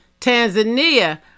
Tanzania